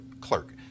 clerk